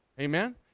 Amen